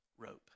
rope